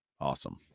Awesome